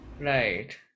Right